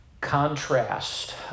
contrast